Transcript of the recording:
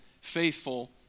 faithful